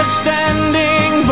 standing